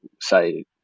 say